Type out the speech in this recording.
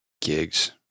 gigs